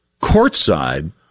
courtside